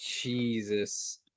Jesus